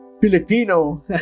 Filipino